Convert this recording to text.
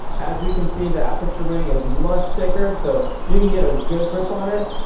as you can see the aperture ring is much thicker so you can get a good grip on it.